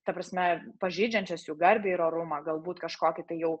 ta prasme pažeidžiančias jų garbę ir orumą galbūt kažkokį tai jau